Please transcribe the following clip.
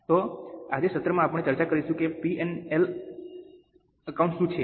તો આજે સત્રમાં આપણે ચર્ચા કરીશું કે P અને L એકાઉન્ટ શું છે